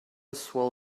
swell